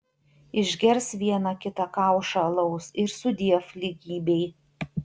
išgers vieną kita kaušą alaus ir sudiev lygybei